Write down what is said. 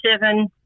seven